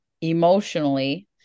emotionally